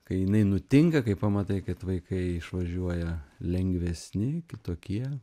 kai jinai nutinka kai pamatai kad vaikai išvažiuoja lengvesni kitokie